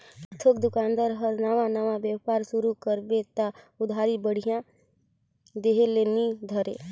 थोक दोकानदार हर नावा नावा बेपार सुरू करबे त उधारी बाड़ही देह ल नी धरे